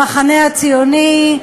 המחנה הציוני,